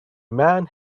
man